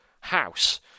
house